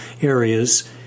areas